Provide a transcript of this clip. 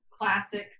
classic